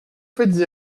faites